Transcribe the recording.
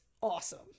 awesome